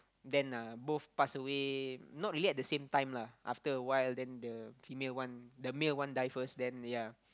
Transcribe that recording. then ah both pass away not really at the same time lah after awhile then the female one the male one die first then ya